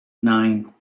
nine